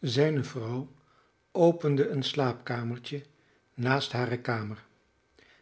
zijne vrouw opende een slaapkamertje naast hare kamer